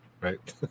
right